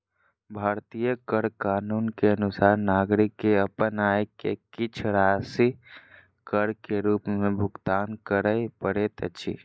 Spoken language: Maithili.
भारतीय कर कानून के अनुसार नागरिक के अपन आय के किछ राशि कर के रूप में भुगतान करअ पड़ैत अछि